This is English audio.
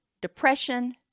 depression